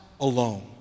alone